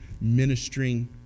Ministering